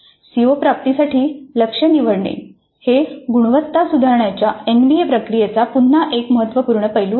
CO प्राप्तीसाठी लक्ष्य निवडणे हे गुणवत्ता सुधारण्याच्या एनबीए प्रक्रियेचा पुन्हा एक महत्त्वपूर्ण पैलू आहे